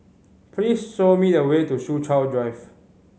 please show me the way to Soo Chow Drive